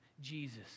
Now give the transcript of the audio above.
Jesus